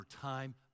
time